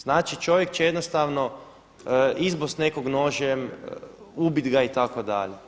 Znači čovjek će jednostavno izbost nekog nožem, ubiti ga itd.